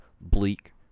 bleak